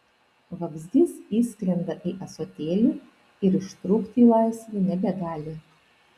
vabzdys įskrenda į ąsotėlį ir ištrūkti į laisvę nebegali